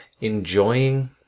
enjoying